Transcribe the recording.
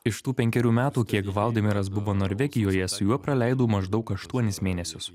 iš tų penkerių metų kiek hvaldimiras buvo norvegijoje su juo praleidau maždaug aštuonis mėnesius